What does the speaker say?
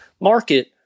market